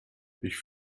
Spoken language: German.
ich